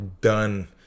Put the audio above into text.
done